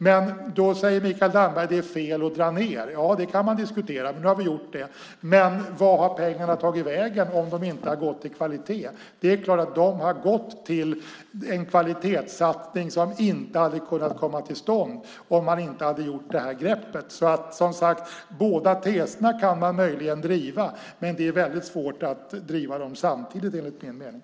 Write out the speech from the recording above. Mikael Damberg säger att det är fel att dra ned. Ja, det kan man diskutera. Men nu har vi gjort det. Men vart har pengarna tagit vägen om de inte har gått till kvalitet? Det är klart att de har gått till en kvalitetssatsning som inte hade kunnat komma till stånd om man inte hade gjort detta grepp. Båda teserna kan man, som sagt, möjligen driva. Men det är väldigt svårt, enligt min mening, att driva dem samtidigt.